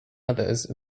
others